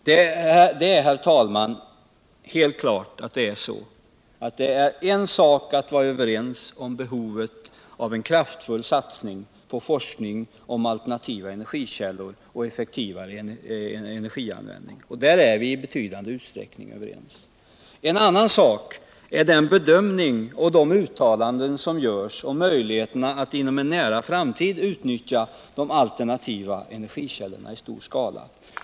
Det är, herr talman, helt klart att det är en sak att vara överens om behovet av en kraftfull satsning på forskning om alternativa cenergikällor och effektivare energianvändning — och där är vi i betydande utsträckning överens. En annan sak är den bedömning och de uttalanden som görs om möjligheterna att inom en nära framtid utnyttja de alternativa energikällorna i stor skala.